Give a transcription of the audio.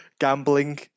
gambling